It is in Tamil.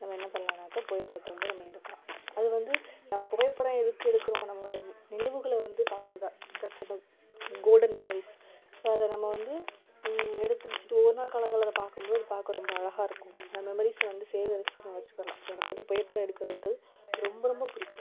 நம்ம என்ன பண்ணலான்னாக்கா புகைப்படத்தை வந்து நம்ம எடுக்கலாம் அது வந்து நம்ம புகைப்படம் எதுக்கு எடுக்கிறோம் நம்மளோடய நினைவுகளை வந்து பார்க்கறதுதான் that's and all golden memories so அதை நம்ம வந்து எடுத்து வச்சுட்டு ஒவ்வொரு நாள் காலங்கள் அதை பார்க்கும்போது அதை பார்க்க ரொம்ப அழகாக இருக்கும் அந்த மெமரீஸை வந்து சேகரித்து நம்ம வச்சுக்கலாம் ஸோ எனக்கு வந்து புகைப்படம் எடுக்கிறது வந்து ரொம்ப ரொம்ப பிடிக்கும்